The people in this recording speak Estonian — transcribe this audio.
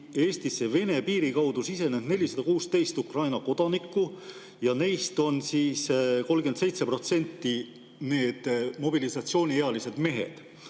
Eestisse Vene piiri kaudu sisenenud 416 Ukraina kodanikku ja neist 37% on mobilisatsiooniealised mehed;